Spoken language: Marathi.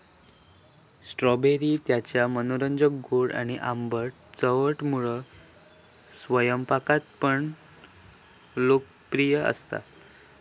स्ट्रॉबेरी त्याच्या मनोरंजक गोड आणि आंबट चवमुळा स्वयंपाकात पण लोकप्रिय असता